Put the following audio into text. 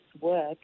work